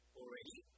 already